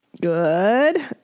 good